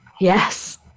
yes